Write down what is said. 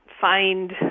find